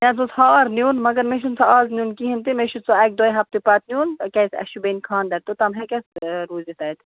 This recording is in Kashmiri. مےٚ حظ اوس ہار نیُن مگر مےٚ چھُنہٕ سُہ آز نیُن کِہیٖنۍ تہٕ مےٚ چھِ سُہ اَکہِ دۄیہِ ہفتہِ پَتہٕ نیُن کیٛازِ اَسہِ چھُ بیٚنہِ خاندَر توٚتام ہٮ۪کیٛاہ روٗزِتھ تَتہِ